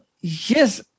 Yes